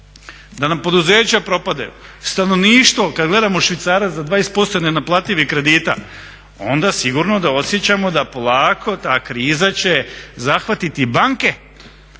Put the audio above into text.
da nam poduzeća propadaju, stanovništvo kad gledamo švicarac za 20% nenaplativih kredita onda sigurno da osjećamo da polako ta kriza će zahvatiti i banke.